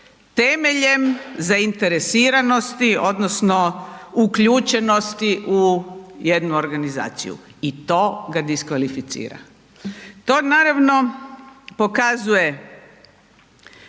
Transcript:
temeljem zainteresiranosti odnosno uključenosti u jednu organizaciju. I to ga diskvalificira. To naravno pokazuje